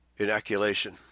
Inoculation